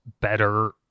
better